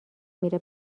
میره